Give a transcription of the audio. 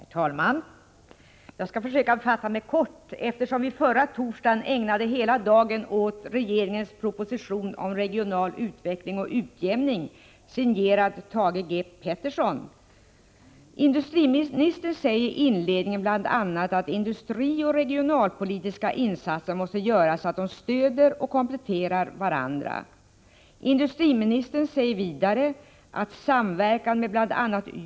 Herr talman! Jag skall försöka fatta mig kort. Förra torsdagen ägnade vi hela dagen åt regeringens proposition om regional utveckling och utjämning, signerad Thage G. Peterson. Industriministern säger i inledningen bl.a. att industrioch regionalpolitiska insatser måste göras så att de stöder och kompletterar varandra. Industriministern säger vidare att samverkan medbl.a.